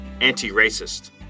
anti-racist